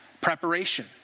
preparation